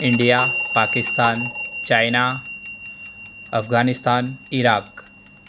India Pakistan China Afghanistan Iraq